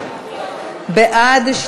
את